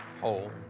whole